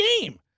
game